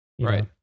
right